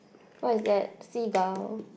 what is that seagull